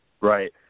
Right